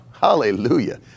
hallelujah